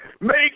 Make